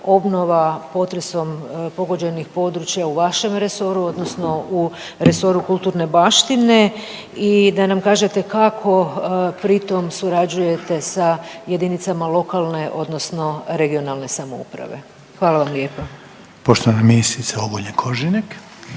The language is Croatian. obnova potresom pogođenih područja u vašem resoru odnosno u resoru kulturne baštine i da nam kažete kako pritom surađujete sa jedinicama lokalne odnosno regionalne samouprave. Hvala vam lijepa. **Jandroković,